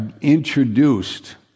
introduced